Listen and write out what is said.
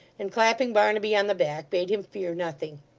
and clapping barnaby on the back, bade him fear nothing.